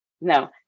no